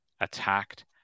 attacked